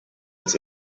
it’s